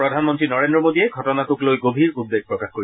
প্ৰধানমন্ত্ৰী নৰেন্দ্ৰ মোদীয়ে ঘটনাটোক লৈ গভীৰ উদ্বেগ প্ৰকাশ কৰে